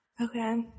Okay